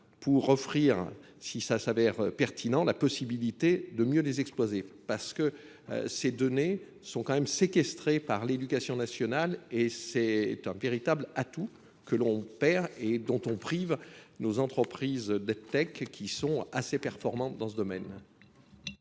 pour offrir, si ça s'avère pertinent, la possibilité de mieux les exploser. Parce que ces données sont quand même séquestrées par l'éducation nationale et c'est un véritable atout que l'on perd et dont on prive nos entreprises de tech qui sont assez performantes dans ce domaine.